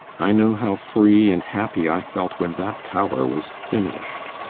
i know how free and happy i felt when that tower was finished.